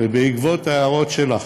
ובעקבות ההערות שלך,